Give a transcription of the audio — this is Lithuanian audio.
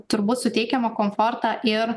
turbūt suteikiamą komfortą ir